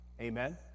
Amen